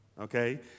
okay